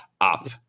up